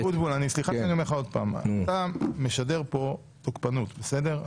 חבר הכנסת אבוטבול, אתה משדר פה תוקפנות, בסדר?